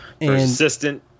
persistent